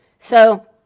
so,